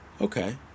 okay